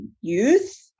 youth